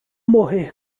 morrer